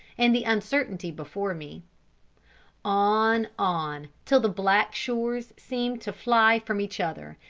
and the uncertainty before me on, on, till the black shores seemed to fly from each other,